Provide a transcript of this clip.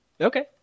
Okay